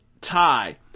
tie